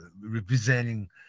representing